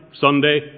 Sunday